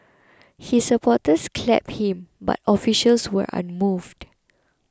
his supporters clapped him but officials were unmoved